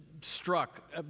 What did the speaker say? struck